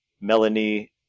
Melanie